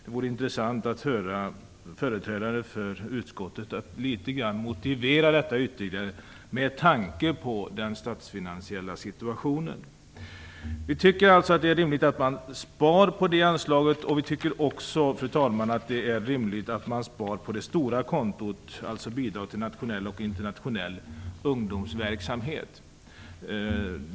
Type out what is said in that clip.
Det vore intressant att höra företrädare för utskottet motivera detta ytterligare, med tanke på den statsfinansiella situationen. Vi tycker att det är rimligt att man spar på det anslaget, och vi tycker också, fru talman, att det är rimligt att man spar på det stora kontot, dvs. bidrag till nationell och internationell ungdomsverksamhet.